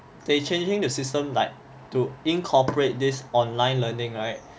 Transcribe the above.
they changing the system like to incorporate this online learning right